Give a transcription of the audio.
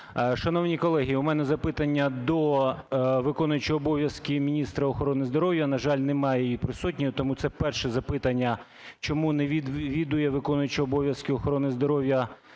Шановні колеги, у мене запитання до виконуючого обов'язки міністра охорони здоров'я, на жаль, немає її присутньою. Тому це перше запитання: чому не відвідує виконуючий обов'язки охорони здоров'я